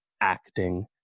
acting